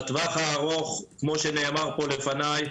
בטווח הארוך כמו שנאמר פה לפני,